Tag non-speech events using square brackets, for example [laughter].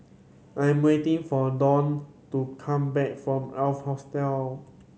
I'm waiting for Donal to come back from [unintelligible] Hostel